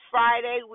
Friday